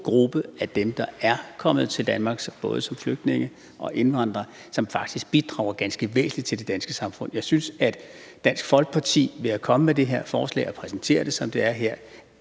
gruppe af dem, der er kommet til Danmark, både som flygtninge og indvandrere, som bidrager ganske væsentligt til det danske samfund. Jeg synes, at Dansk Folkeparti ved at komme med det her forslag og præsentere det, som det er her,